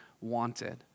wanted